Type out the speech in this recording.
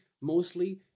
mostly